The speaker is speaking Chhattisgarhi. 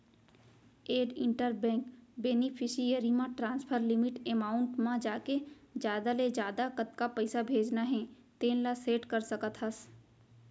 एड इंटर बेंक बेनिफिसियरी म ट्रांसफर लिमिट एमाउंट म जाके जादा ले जादा कतका पइसा भेजना हे तेन ल सेट कर सकत हस